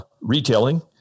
retailing